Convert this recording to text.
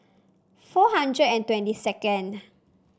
four hundred twenty second